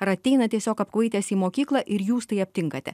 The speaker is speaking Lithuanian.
ar ateina tiesiog apkvaitęs į mokyklą ir jūs tai aptinkate